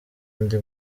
ndi